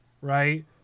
right